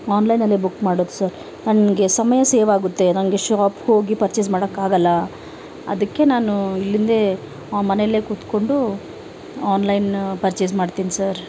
ಆನ್ಲೈನಲ್ಲೇ ಬುಕ್ ಮಾಡೋದು ಸರ್ ನನಗೆ ಸಮಯ ಸೇವ್ ಆಗುತ್ತೆ ನನಗೆ ಶಾಪ್ಗೆ ಹೋಗಿ ಪರ್ಚೇಸ್ ಮಾಡಕ್ಕೆ ಆಗಲ್ಲ ಅದಕ್ಕೆ ನಾನು ಇಲ್ಲಿಂದೇ ಮನೇಲೇ ಕುತ್ಕೊಂಡು ಆನ್ಲೈನ ಪರ್ಚೇಸ್ ಮಾಡ್ತೀನಿ ಸರ್